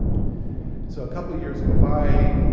so, a couple years go by.